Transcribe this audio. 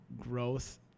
growth